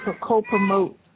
co-promote